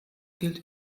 gilt